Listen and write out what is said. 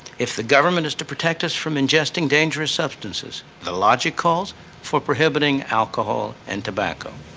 if the government is to protect us from ingesting dangerous substances, the logic calls for prohibiting alcohol and tobacco.